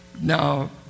Now